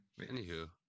Anywho